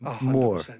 more